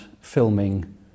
filming